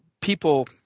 people